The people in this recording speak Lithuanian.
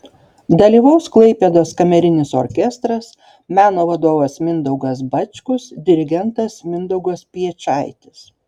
dalyvaus klaipėdos kamerinis orkestras meno vadovas mindaugas bačkus dirigentas mindaugas piečaitis